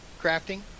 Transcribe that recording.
crafting